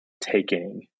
taking